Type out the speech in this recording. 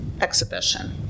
exhibition